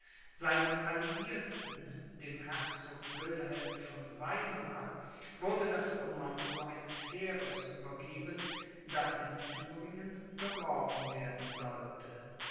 seinem alliierten dem herzog wilhelm von weimar wurde das commando eines heeres übergeben das in thüringen geworben werden sollte